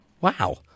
Wow